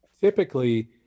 Typically